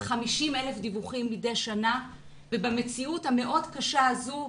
על 50,000 דיווחים מדי שנה ובמציאות המאוד קשה הזו,